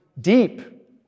deep